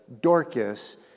Dorcas